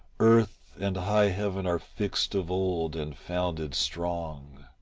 earth and high heaven are fixt of old and founded strong.